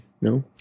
no